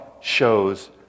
shows